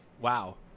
wow